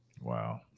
Wow